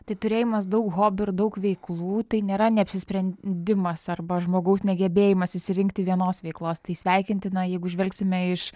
tai turėjimas daug hobių ir daug veiklų tai nėra neapsisprendimas arba žmogaus negebėjimas išsirinkti vienos veiklos tai sveikintina jeigu žvelgsime iš